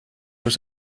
was